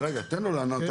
אלון, רגע תן לו לענות.